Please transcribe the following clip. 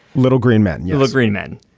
little green men and yellow green men.